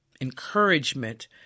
encouragement